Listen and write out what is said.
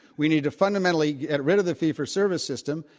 we need to fundamentally get rid of the fee for service system,